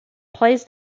plays